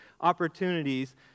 opportunities